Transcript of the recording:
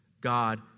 God